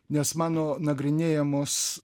nes mano nagrinėjamos